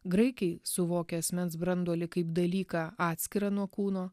graikai suvokia asmens branduolį kaip dalyką atskirą nuo kūno